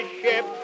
ship